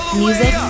music